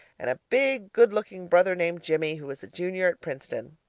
and a big, good-looking brother named jimmie, who is a junior at princeton.